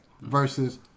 Versus